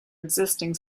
existing